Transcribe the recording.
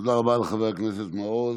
תודה רבה לחבר הכנסת מעוז.